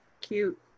cute